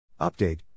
Update